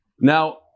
Now